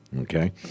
okay